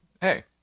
hey